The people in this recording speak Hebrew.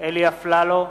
אלי אפללו,